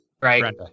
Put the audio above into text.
right